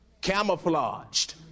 Camouflaged